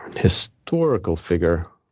historical figure?